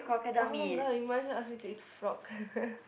[oh]-my-god you might as well ask me to eat frog